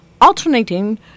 alternating